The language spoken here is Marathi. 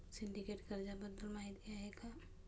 सिंडिकेट कर्जाबद्दल माहिती आहे का?